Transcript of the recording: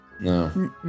No